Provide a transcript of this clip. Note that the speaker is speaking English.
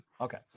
Okay